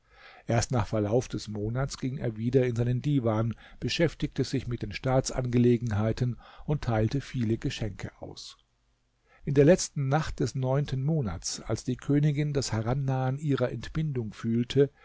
erst nach verlauf des monats ging er wieder in seinen divan beschäftigte sich mit den staatsangelegenheiten und teilte viele geschenke aus in der letzten nacht des neunten monats als die königin das herannahen ihrer entbindung fühlte